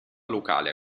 locale